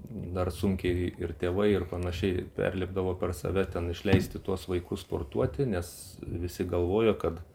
dar sunkiai ir tėvai ir panašiai perlipdavo per save ten išleisti tuos vaikus sportuoti nes visi galvojo kad